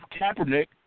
Kaepernick